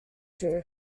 two